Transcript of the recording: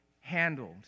handled